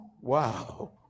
wow